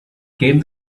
came